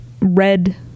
red